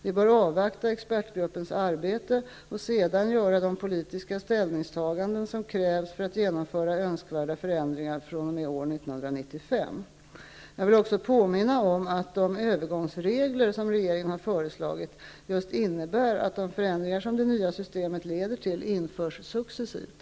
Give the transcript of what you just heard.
Vi bör avvakta expertgruppens arbete och sedan göra de politiska ställningstaganden som krävs för att genomföra önskvärda förändringar fr.o.m. år 1995. Jag vill också påminna om att de övergångsregler som regeringen har föreslagit just innebär att de förändringar som det nya systemet leder till införs successivt.